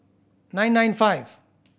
nine nine five